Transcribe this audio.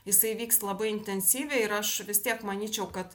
jisai vyks labai intensyviai ir aš vis tiek manyčiau kad